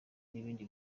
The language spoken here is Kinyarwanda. n’ibindi